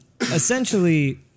essentially